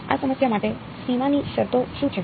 આ સમસ્યા માટે સીમાની સ્થિતિ શું છે